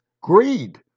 Greed